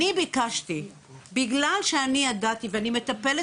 אני ביקשתי בגלל שאני ידעתי ואני מטפלת